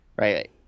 right